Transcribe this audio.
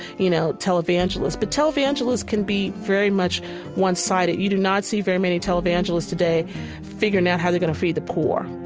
you know, televangelist. but televangelists can be very much one-sided. you do not see very many televangelists today figuring out how they're going to feed the poor